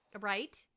Right